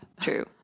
true